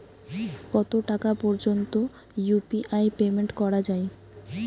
কত টাকা পর্যন্ত ইউ.পি.আই পেমেন্ট করা যায়?